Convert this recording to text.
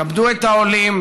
כבדו את העולים,